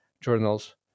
journals